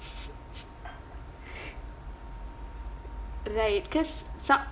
right cause some